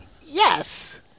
yes